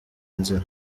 inzira